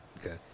okay